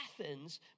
Athens